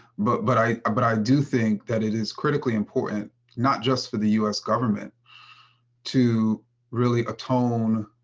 but but i but i do think that it is critically important not just for the us government to really atone,